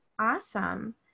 Awesome